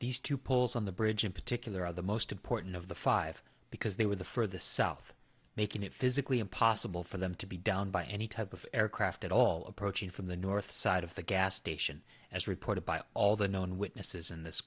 these two poles on the bridge in particular are the most important of the five because they were the for the south making it physically impossible for them to be down by any type of aircraft at all approaching from the north side of the gas station as reported by all the known witnesses in this